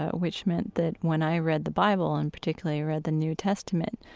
ah which meant that when i read the bible and particularly read the new testament,